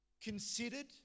considered